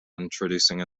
introducing